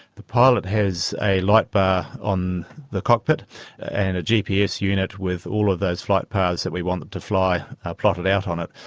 the pilot has a light bar on the cockpit and a gps unit with all of those flight paths that we want them to fly plotted out on it.